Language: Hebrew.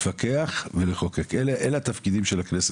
לפקח ולחוקק, אלה התפקידים של הכנסת.